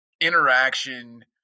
interaction